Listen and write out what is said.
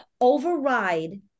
override